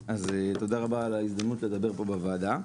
תודה רבה על ההזדמנות לדבר כאן בוועדה.